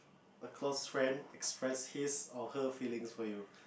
a close friend express his or her feelings for you